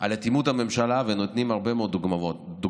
על אטימות הממשלה ונותנים הרבה מאוד דוגמאות,